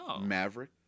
Maverick